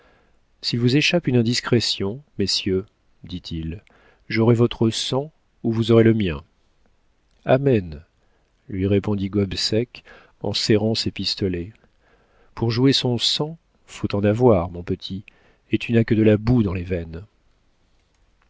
s'il vous échappe une indiscrétion messieurs dit-il j'aurai votre sang ou vous aurez le mien amen lui répondit gobseck en serrant ses pistolets pour jouer son sang faut en avoir mon petit et tu n'as que de la boue dans les veines